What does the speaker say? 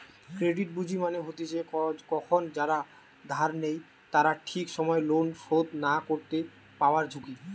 credit ঝুঁকি মানে হতিছে কখন যারা ধার নেই তারা ঠিক সময় লোন শোধ না করতে পায়ারঝুঁকি